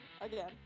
again